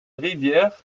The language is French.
rivière